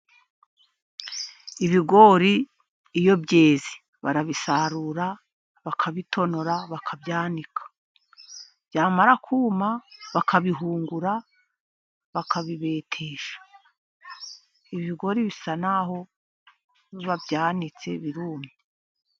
Ibigori iyo byeze barabisarura bakabitonora, bakabyanika byamara kuma bakabihungura bakabibetesha. Ibi bigori bisa naho babyanitse, birumye.